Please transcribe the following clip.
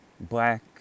black